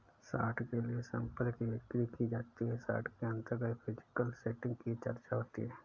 short के लिए संपत्ति की बिक्री की जाती है शॉर्ट के अंतर्गत फिजिकल सेटिंग की चर्चा होती है